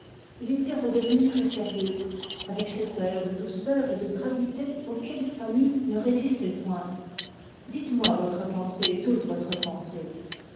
il était redevenu très sérieux avec cet air de douceur et de gravité auquel fanny ne résistait point dites-moi votre pensée toute votre pensée